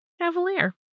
Cavalier